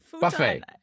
Buffet